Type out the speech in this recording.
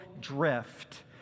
drift